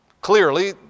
clearly